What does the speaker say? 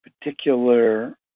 particular